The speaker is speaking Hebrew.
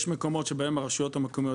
יש מקומות שבהם הרשויות המקומיות,